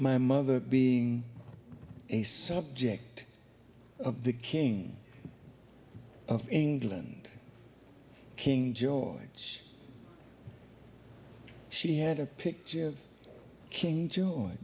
my mother being a subject of the king of england king george she had a picture of king